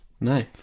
No